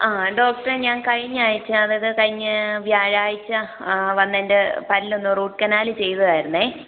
ആ ഡോക്ടറെ ഞാൻ കഴിഞ്ഞ ആഴ്ച അതാത് വ്യാഴാഴ്ച വന്നെൻ്റെ പല്ലൊന്ന് റൂട്ട് കനാല് ചെയ്തതാതായിരുന്നു